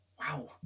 wow